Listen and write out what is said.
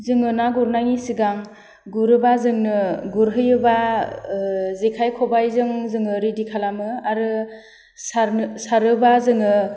जोङो ना गुरनायनि सिगां गुरोबा जोंनो गुरहैयोबा जेखाइ ख'बायजों जोङो रिडि खालामो आरो सारनो सारोबा जोङो